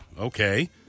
okay